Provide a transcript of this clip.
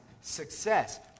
success